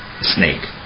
snake